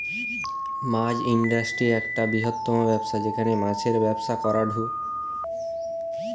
মাছ industry একটা বৃহত্তম ব্যবসা যেখানে মাছের ব্যবসা করাঢু